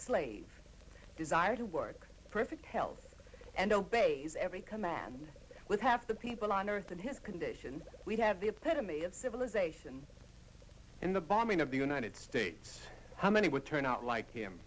slave desire to work perfect health and obeys every command with half the people on earth and his condition we have the epitome of civilization in the bombing of the united states how many would turn out like him